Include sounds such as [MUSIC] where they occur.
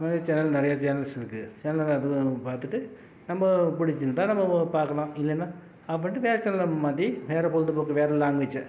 இந்த மாதிரி சேனல் நிறைய சேனல்ஸ் இருக்கு சேனல் [UNINTELLIGIBLE] பார்த்துட்டு நம்ப பிடிச்சிருந்தா நம்ப பார்க்கலாம் இல்லைனா ஆஃப் பண்ணிவிட்டு வேறு சேனலை மாற்றி வேறு பொழுதுபோக்கு வேறு லாங்குவேஜு